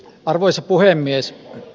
arvoisa puhemies